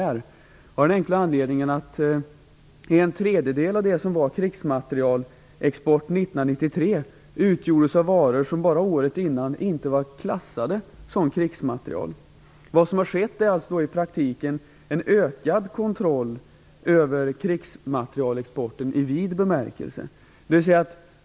Det är den av den enkla anledningen att en tredjedel av det som var krigsmaterielexport 1993 utgjordes av varor som bara året innan inte var klassade som krigsmateriel. Det som i praktiken skett är alltså en ökad kontroll över krigsmaterielexporten i vid bemärkelse.